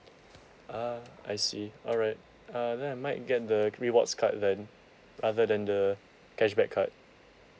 ah I see alright uh then I might get the rewards card then rather than the cashback card